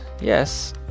yes